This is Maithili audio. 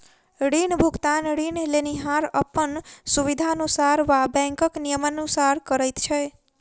ऋण भुगतान ऋण लेनिहार अपन सुबिधानुसार वा बैंकक नियमानुसार करैत छै